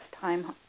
time